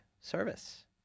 service